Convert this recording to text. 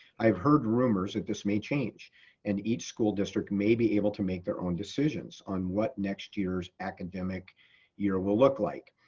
i have heard rumors that this may change and each school district may be able to make their own decisions on what next year's academic year will look like.